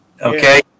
okay